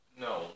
No